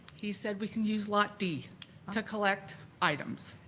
he said we can use lot d to collect items.